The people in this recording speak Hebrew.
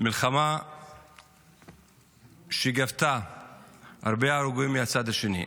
מלחמה שגבתה הרבה הרוגים מהצד השני,